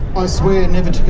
i swear never